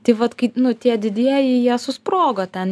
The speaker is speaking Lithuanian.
tai vat kai nu tie didieji jie susprogo ten